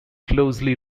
closely